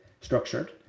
structured